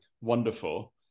wonderful